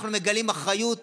אנחנו מגלים אחריות